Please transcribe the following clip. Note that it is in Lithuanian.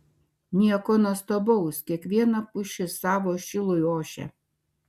nieko nuostabaus kiekviena pušis savo šilui ošia